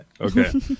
Okay